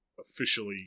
officially